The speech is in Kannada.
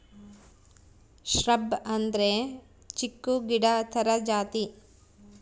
ಶ್ರಬ್ ಅಂದ್ರೆ ಚಿಕ್ಕು ಗಿಡ ತರ ಜಾತಿ